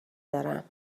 دارم